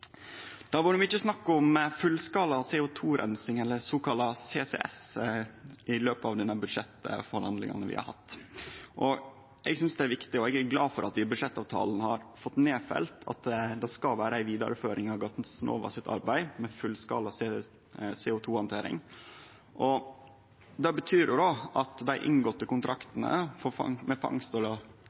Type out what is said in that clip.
Det har vore mykje snakk om fullskala CO 2 -rensing, eller såkalla CCS, i løpet av dei budsjettforhandlingane vi har hatt. Eg synest det er viktig, og eg er glad for at vi i budsjettavtalen har fått nedfelt at det skal vere ei vidareføring av Gassnovas arbeid med fullskala CO 2 -handtering. Det betyr at dei inngåtte kontraktane med fangst- og